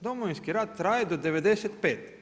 Domovinski rat traje do '95.